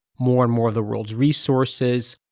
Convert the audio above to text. more and more of the world's resources,